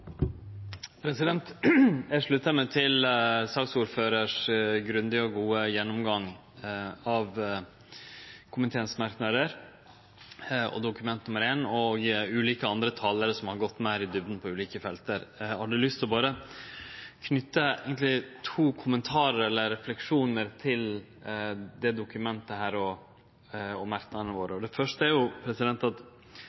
Eg sluttar meg til den grundige og gode gjennomgangen frå ordføraren av dei merknadene som komiteen har til Dokument 1, og andre talarar som har gått meir i djupna på ulike felt. Eg hadde lyst til berre å knyte to kommentarar eller refleksjonar til dette dokumentet og merknadene våre.